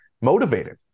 motivated